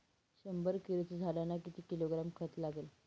शंभर केळीच्या झाडांना किती किलोग्रॅम खत लागेल?